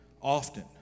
often